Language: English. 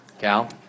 Cal